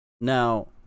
Now